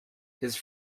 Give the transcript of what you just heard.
his